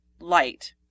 light